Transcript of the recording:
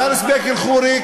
פארס בק אל-ח'ורי,